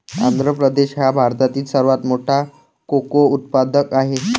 आंध्र प्रदेश हा भारतातील सर्वात मोठा कोको उत्पादक आहे